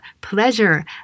pleasure